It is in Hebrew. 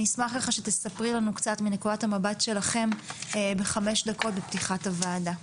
אני אשמח ככה שתספרי לנו קצת מנקודת המבט שלכם בחמש דקות בפתיחת הועדה.